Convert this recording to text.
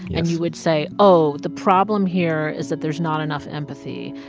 and you would say, oh, the problem here is that there's not enough empathy.